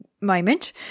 moment